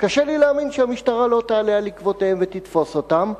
קשה לי להאמין שהמשטרה לא תעלה על עקבותיהם ותתפוס אותם,